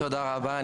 תודה רבה.